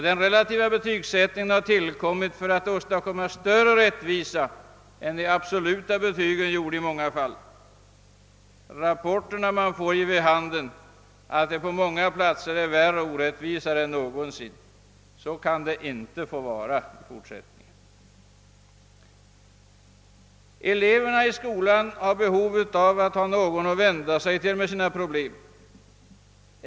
Den relativa betygsättningen har tillkommit för att åstadkomma större rättvisa än de absoluta betygen i många fall gjorde. De rapporter man får ger emellertid vid handen att orättvisorna på många platser är större än någonsin. Så kan det inte få fortsätta. Eleverna i skolan har behov av att ha någon att vända sig till med sina problem.